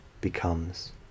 becomes